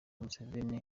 museveni